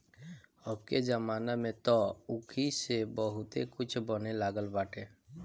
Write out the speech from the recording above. अबके जमाना में तअ ऊखी से बहुते कुछ बने लागल बाटे